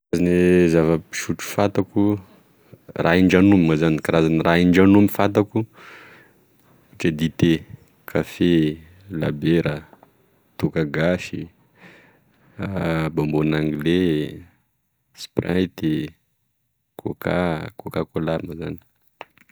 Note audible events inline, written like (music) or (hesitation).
Karazana zavapisotro fantako raha indragnomy moa zany karazany rah indragnomy fantako ohatry hoe dite, kafe, labiera, toaka gasy, (hesitation) bonbon anglais, sprite, coca coca cola moa zany.